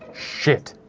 shit.